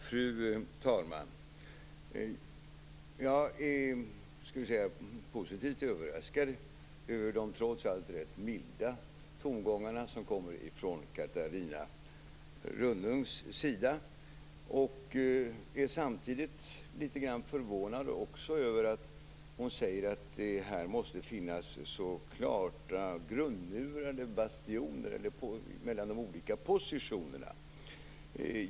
Fru talman! Jag är positivt överraskad över de, trots allt, rätt milda tongångar som kommer från Catarina Rönnungs sida. Jag är samtidigt litet förvånad över att hon säger att positionerna är så grundmurade.